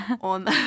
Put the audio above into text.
on